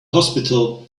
hospital